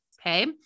Okay